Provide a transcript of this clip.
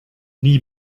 nie